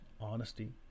honesty